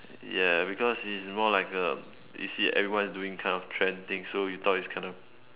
ya because it's more like a you see everyone is doing kind of trend thing so you thought it's kind of